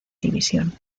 división